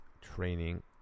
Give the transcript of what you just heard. training